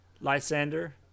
Lysander